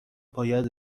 باید